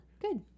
Good